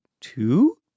two